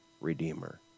Redeemer